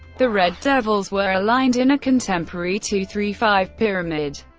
the red devils were aligned in a contemporary two three five pyramid.